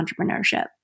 entrepreneurship